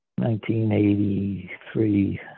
1983